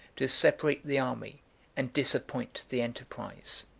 to separate the army and disappoint the enterprise.